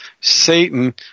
Satan